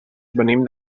venim